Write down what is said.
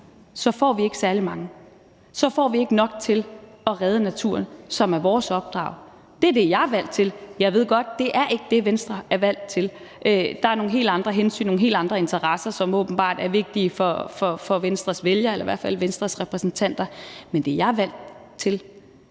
får vi ikke særlig mange. Så får vi ikke nok til at redde naturen, hvilket er vores opdrag. Det er det, jeg er valgt til. Jeg ved godt, at det ikke er det, Venstres medlemmer er valgt til. Der er nogle helt andre hensyn, nogle helt andre interesser, som åbenbart er vigtige for Venstres vælgere eller i hvert fald Venstres repræsentanter. Men det, jeg er valgt til,